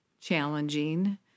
challenging